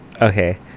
Okay